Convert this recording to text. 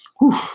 Whew